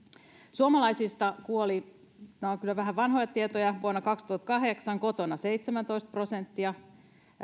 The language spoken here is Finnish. suomalaisista kuoli nämä ovat kyllä vähän vanhoja tietoja vuonna kaksituhattakahdeksan kotona seitsemäntoista prosenttia